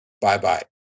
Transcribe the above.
bye-bye